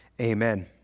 amen